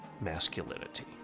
masculinity